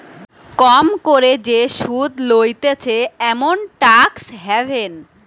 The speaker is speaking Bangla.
কম করে যে সুধ লইতেছে এমন ট্যাক্স হ্যাভেন